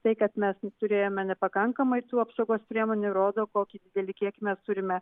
tai kad mes turėjome nepakankamai tų apsaugos priemonių rodo kokį didelį kiekį mes turime